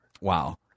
Wow